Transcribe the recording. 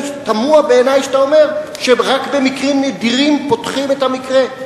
תמוה בעיני שאתה אומר שרק במקרים נדירים פותחים את המקרה.